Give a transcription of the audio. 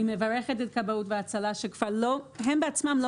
אני מברכת את כבאות והצלה שהם בעצמם לא